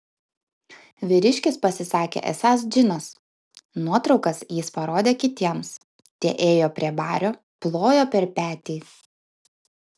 vyriškis pasisakė esąs džinas nuotraukas jis parodė kitiems tie ėjo prie bario plojo per petį